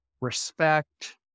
respect